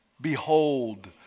Behold